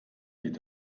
geht